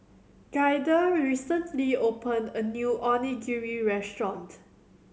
Gaither recently opened a new Onigiri Restaurant